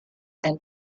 and